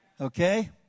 Okay